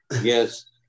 Yes